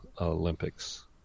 Olympics